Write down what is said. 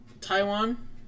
Taiwan